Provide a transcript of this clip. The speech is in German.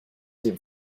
dem